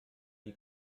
die